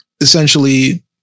essentially